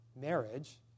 marriage